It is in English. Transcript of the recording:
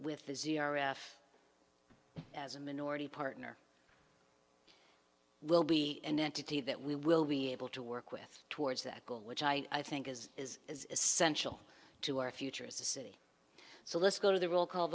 if as a minority partner will be an entity that we will be able to work with towards that goal which i think is is as essential to our future as a city so let's go to the roll call